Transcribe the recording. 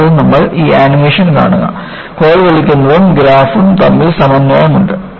കൂടാതെ നമ്മൾ ഈ ആനിമേഷൻ കാണുക കോൽ വലിക്കുന്നതും ഗ്രാഫും തമ്മിൽ സമന്വയം ഉണ്ട്